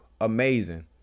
amazing